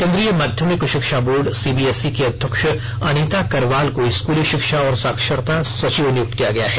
केंद्रीय माध्यमिक शिक्षा board C B S E की अध्यक्ष अनिता करवाल को स्कूली शिक्षा और साक्षरता सचिव नियुक्त किया गया है